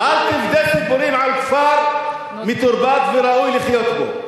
אל תבדה סיפורים על כפר מתורבת ושראוי לחיות בו.